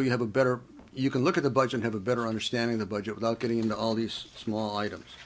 you have a better you can look at the bugs and have a better understanding of budget without getting into all these small items